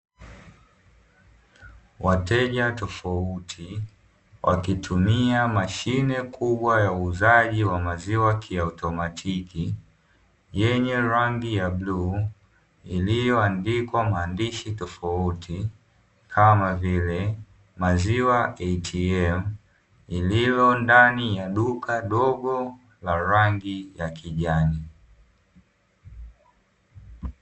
Wateja tofauti wakitumia mashine kubwa ya uuzaji wa maziwa kiutomatiki yenye rangi ya bluu, iliyo andikwa maandishi tofauti kama vile, "Maziwa ATM" iliyo ndani ya duka dogo la rangi ya kijani.